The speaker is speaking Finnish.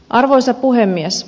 arvoisa puhemies